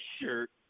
shirt